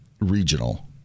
Regional